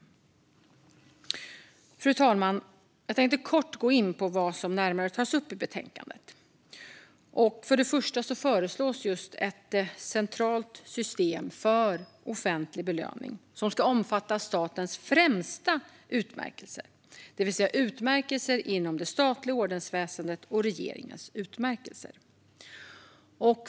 Fru talman! Jag tänkte kort gå in på vad som närmare tas upp i betänkandet. För det första föreslås just ett centralt system för offentlig belöning som ska omfatta statens främsta utmärkelser, det vill säga utmärkelser inom det statliga ordensväsendet och regeringens utmärkelser.